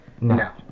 No